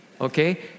okay